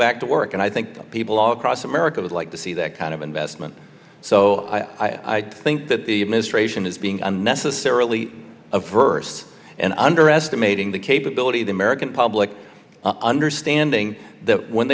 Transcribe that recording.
back to work and i think people all across america would like to see that kind of investment so i think that the administration is being unnecessarily of versed and underestimating the capability of the american public understanding that when